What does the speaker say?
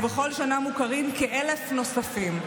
ובכל שנה מוכרים כ-1,000 נוספים,